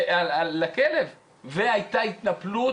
והייתה התנפלות.